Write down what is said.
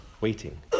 waiting